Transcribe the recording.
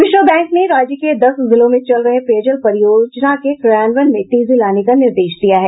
विश्व बैंक ने राज्य के दस जिलों में चल रहे पेयजल परियोजना के क्रियान्वयन में तेजी लाने का निर्देश दिया है